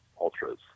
ultras